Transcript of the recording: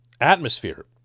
atmosphere